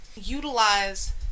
Utilize